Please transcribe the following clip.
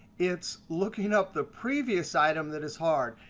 it's looking up the previous item that is hard.